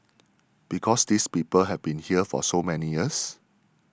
because these people have been here for so many years